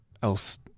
else